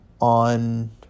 on